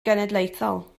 genedlaethol